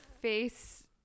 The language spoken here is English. face